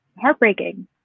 heartbreaking